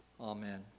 amen